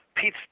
Pete